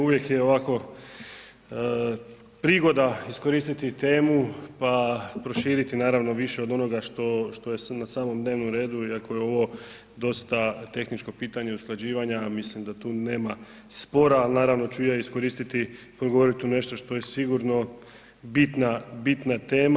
Uvijek je ovako prigoda iskoristiti temu pa proširiti naravno više od onoga što je na samom dnevnom redu iako je ovo dosta tehničko pitanje usklađivanja, mislim da tu nema spora ali ću i ja iskoristiti progovoriti o nešto što je sigurno bitna tema.